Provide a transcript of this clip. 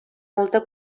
molta